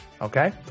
Okay